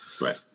Right